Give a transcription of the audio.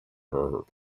her